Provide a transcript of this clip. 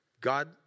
God